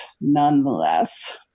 nonetheless